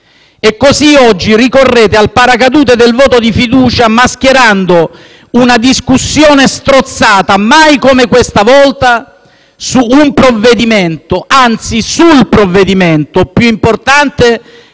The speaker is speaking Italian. Oggi ricorrete al paracadute del voto di fiducia, mascherando una discussione strozzata, mai come questa volta, su un provvedimento - anzi, sul provvedimento - più importante